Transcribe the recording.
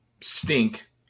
stink